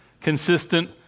consistent